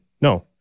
no